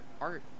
art